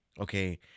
okay